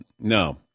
no